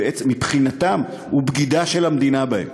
מבחינתם הוא בגידה של המדינה בהם,